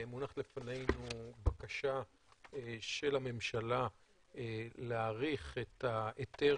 ומונחת לפנינו בקשה של הממשלה להאריך את ההיתר